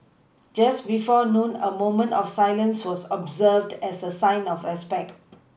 just before noon a moment of silence was observed as a sign of respect